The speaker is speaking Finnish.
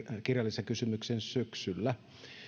kirjallisen kysymyksen syksyllä